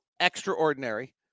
extraordinary